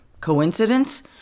Coincidence